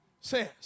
says